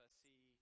see